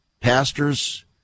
pastor's